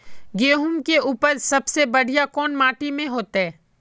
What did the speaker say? गेहूम के उपज सबसे बढ़िया कौन माटी में होते?